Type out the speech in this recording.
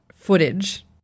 footage